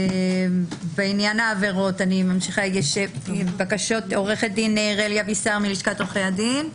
בעניין העבירות, עו"ד רלי אבישר, לשכת עורכי הדין.